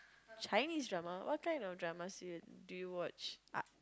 Chinese drama what kind of dramas uh do you watch